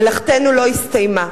מלאכתנו לא הסתיימה.